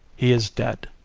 he is dead